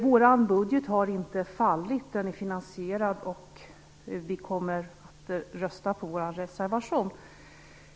Vår budget har inte fallit. Den är finansierad, och vi kommer att rösta på vår reservation.